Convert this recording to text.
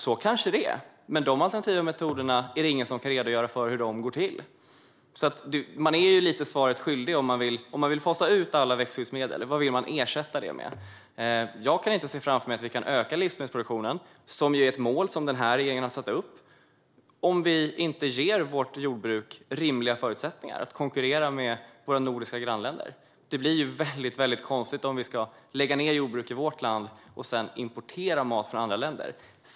Så kanske det är, men det är ingen som kan redogöra för hur dessa alternativa metoder går till. Där är man lite svaret skyldig - om man vill fasa ut alla växtskyddsmedel, vad vill man ersätta dem med? Jag kan inte se framför mig att vi kan öka livsmedelsproduktionen - vilket är ett mål som den här regeringen har satt upp - om vi inte ger vårt jordbruk rimliga förutsättningar att konkurrera med våra nordiska grannländer. Det blir väldigt konstigt om vi ska lägga ned jordbruk i vårt land och sedan importera mat från andra länder.